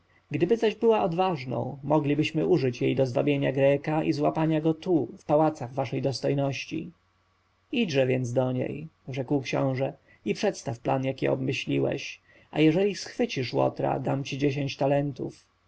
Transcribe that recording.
gdyby zaś była odważną moglibyśmy użyć jej do zwabienia greka i złapania go tu w pałacach waszej dostojności idźże więc do niej rzekł książę i przedstaw plan jaki obmyśliłeś a jeżeli schwycisz łotra dam ci dziesięć talentów